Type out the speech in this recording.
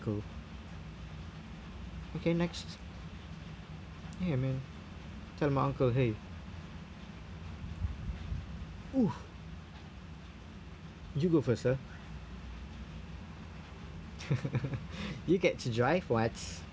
okay next ya man tell my uncle !hey! oh you go first sir you get to drive what